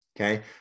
Okay